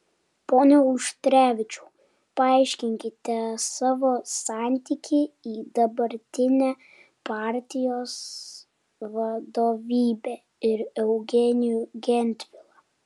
pone auštrevičiau paaiškinkite savo santykį į dabartinę partijos vadovybę ir eugenijų gentvilą